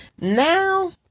Now